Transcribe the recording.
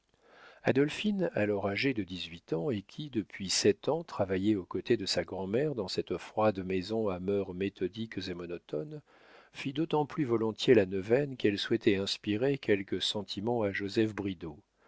adolphine alors âgée de dix-huit ans et qui depuis sept ans travaillait aux côtés de sa grand'mère dans cette froide maison à mœurs méthodiques et monotones fit d'autant plus volontiers la neuvaine qu'elle souhaitait inspirer quelque sentiment à joseph bridau